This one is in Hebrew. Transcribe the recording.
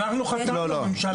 אנחנו חתמנו, הממשלה לא.